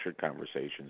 conversations